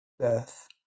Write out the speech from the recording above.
death